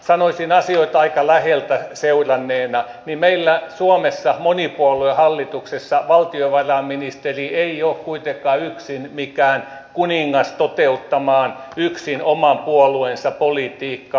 sanoisin asioita aika läheltä seuranneena että meillä suomessa monipuoluehallituksessa valtiovarainministeri ei ole kuitenkaan yksin mikään kuningas toteuttamaan yksinomaan puolueensa politiikkaa